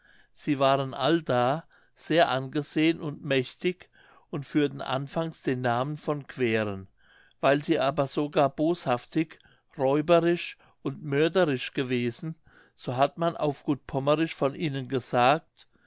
sie waren allda sehr angesehen und mächtig und führten anfangs den namen von queren weil sie aber so gar boshaftig räuberisch und mörderisch gewesen so hat man auf gut pommersch von ihnen gesagt